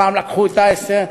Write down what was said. פעם לקחו את האסטרטגיה,